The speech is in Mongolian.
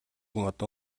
модон